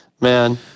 man